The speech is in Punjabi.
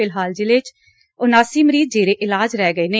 ਫਿਲਹਾਲ ਜਿਲੇ 'ਚ ਉਨਾਸੀ ਮਰੀਜ ਜੇਰੇ ਇਲਾਜ ਰਹਿ ਗਏ ਨੇ